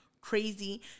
crazy